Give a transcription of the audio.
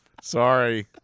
Sorry